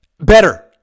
Better